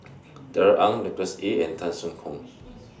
Darrell Ang Nicholas Ee and Tan Soo Khoon